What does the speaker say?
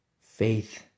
faith